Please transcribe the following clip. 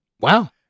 Wow